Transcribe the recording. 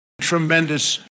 Tremendous